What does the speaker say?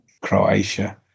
Croatia